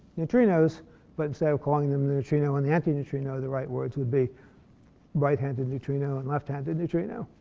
neutrinos but instead of calling them the neutrino and the anti-neutrino, the right words would be right-handed neutrino and left-handed neutrino.